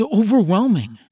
overwhelming